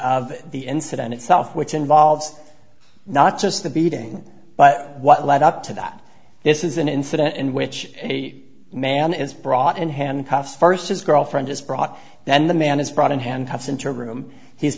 of the incident itself which involves not just the beating but what led up to that this is an incident in which a man is brought in handcuffs first his girlfriend is brought then the man is brought in handcuffs inter group he's